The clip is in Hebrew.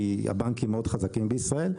כי הבנקים מאוד חזקים בישראל,